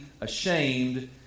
ashamed